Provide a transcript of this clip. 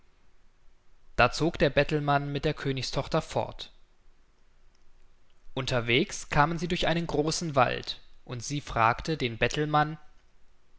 da zog der bettelmann mit der königstochter fort unterwegs kamen sie durch einen großen wald und sie fragte den bettelmann